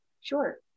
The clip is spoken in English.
Sure